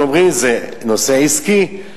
הם אומרים: זה נושא עסקי.